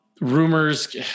rumors